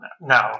No